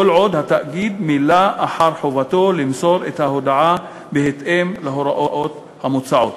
כל עוד התאגיד מילא אחר חובתו למסור את ההודעה בהתאם להוראות המוצעות.